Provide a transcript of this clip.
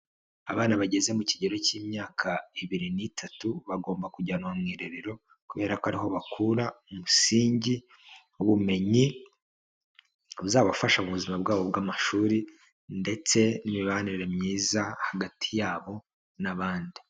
Abana bageze mu kigero cy'imyaka ibiri n'itatu, bagomba kujyanwa mu irerero kubera ko ariho bakura umusingi w'ubumenyi buzabafasha mu buzima bwabo bw'amashuri ndetse n'imibanire myiza hagati yabo n'abandi.